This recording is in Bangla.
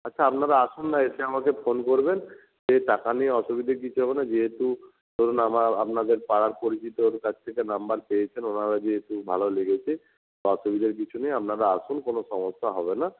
আচ্ছা আপনারা আসুন না এসে আমাকে ফোন করবেন সে টাকা নিয়ে অসুবিধে কিছু হবে না যেহেতু ধরুন আমার আপনাদের পাড়ার পরিচিতর কাছ থেকে নাম্বার পেয়েছেন ওনারা গিয়েছেন ভালো লেগেছে অসুবিধার কিছু নেই আপনারা আসুন কোনো সমস্যা হবে না